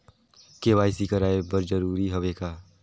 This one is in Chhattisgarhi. के.वाई.सी कराय बर जरूरी हवे का?